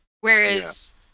Whereas